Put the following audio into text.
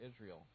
Israel